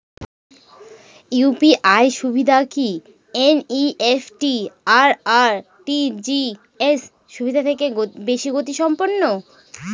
UPI সুবিধা কি NEFT আর আর.টি.জি.এস সুবিধা থেকে বেশি গতিসম্পন্ন?